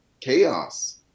chaos